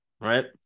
Right